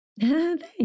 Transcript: Thanks